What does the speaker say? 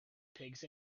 pigs